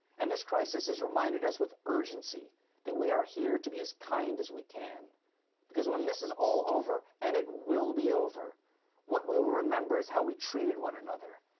and this crisis has reminded us with urgency that we are here to be as kind as we can because when this is all over and it will be over what we will remember is how we treated one another.